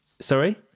Sorry